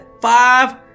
five